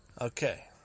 Okay